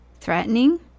Threatening